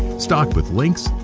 stocked with links,